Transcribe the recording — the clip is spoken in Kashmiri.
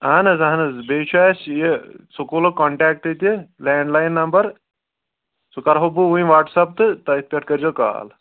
اَہَن حظ اَہن حظ بیٚیہِ چھُ اَسہِ یہِ سکوٗلُک کانٹیکٹ تہِ لینٛڈ لایِن نمبر سُہ کَرہو بہٕ وٕنۍ وٹٕسیپ تہٕ تٔتھۍ پٮ۪ٹھ کٔرۍزیو کال